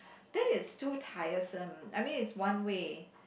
then it's too tiresome I mean it's one way